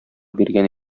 биргән